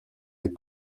les